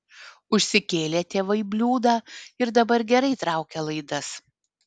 užsikėlė tėvai bliūdą ir dabar gerai traukia laidas